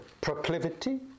proclivity